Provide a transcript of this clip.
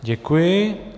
Děkuji.